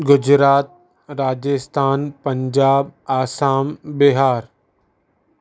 Gujarat Rajasthan Punjab Assam Bihar